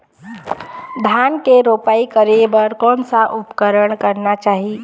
धान के रोपाई करे बर कोन सा उपकरण करना चाही?